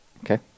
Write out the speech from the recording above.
Okay